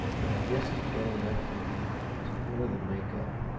and i guess you've done enough for me to more than make up.